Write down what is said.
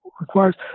requires